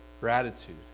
gratitude